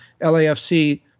LAFC